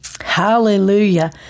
Hallelujah